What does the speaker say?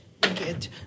get